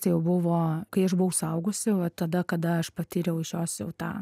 tai jau buvo kai aš buvau suaugusi va tada kada aš patyriau iš jos tą